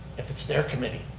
if it's their committee,